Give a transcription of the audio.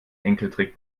enkeltrick